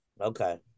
Okay